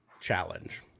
challenge